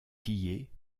pillé